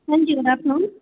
हाँ जी good afternoon